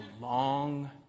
long